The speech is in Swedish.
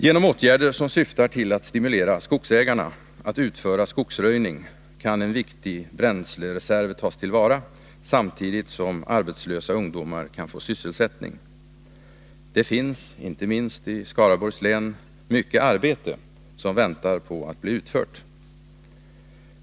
Genom åtgärder som syftar till att stimulera skogsägarna att utföra skogsröjning kan en viktig bränslereserv tas till vara samtidigt som arbetslösa ungdomar kan få syselsättning. Det finns — inte minst i Skaraborgs län — mycket arbete som väntar på att bli utfört.